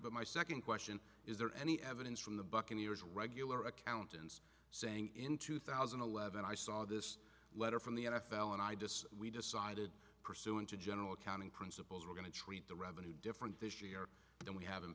but my second question is there any evidence from the buccaneers regular accountants saying in two thousand and eleven i saw this letter from the n f l and i just we decided pursuant to general accounting principles we're going to treat the revenue different this year than we have in